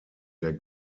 der